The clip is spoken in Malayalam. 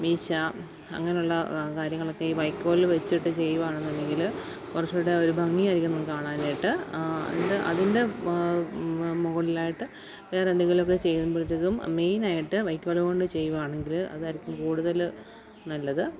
മീശ അങ്ങനെയുള്ള കാര്യങ്ങളൊക്കെ ഈ വൈക്കോല് വച്ചിട്ട് ചെയ്യുവാണെങ്കില് കുറച്ചുകൂടെ ഒരു ഭംഗിയായിരിക്കും നമുക്ക് കാണാനായിട്ട് അതിൻറ്റെ അതിൻ്റെ മുകളിലായിട്ട് വേറെ എന്തെങ്കിലൊക്കെ ചെയ്യുമ്പഴ്ത്തേക്കു മെയ്നായിട്ട് വൈക്കോലുകൊണ്ട് ചെയ്യുകയാണെങ്കില് അതായിരിക്കും കൂടുതല് നല്ലത്